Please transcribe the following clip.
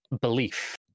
belief